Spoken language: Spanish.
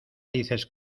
dices